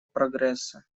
прогресса